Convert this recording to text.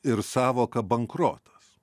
ir sąvoka bankrotas